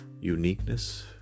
uniqueness